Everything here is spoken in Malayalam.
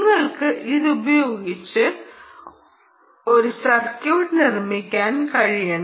നിങ്ങൾക്ക് ഇതുപയോഗിച്ച് ഒരു സർക്യൂട്ട് നിർമ്മിക്കാൻ കഴിയണം